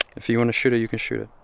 if you want to shoot it, you can shoot it